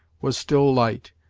was still light,